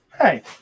hey